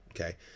okay